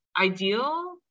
ideal